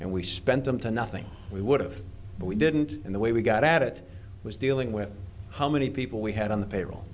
and we spent them to nothing we would have but we didn't and the way we got out it was dealing with how many people we had on the payroll